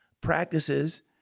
practices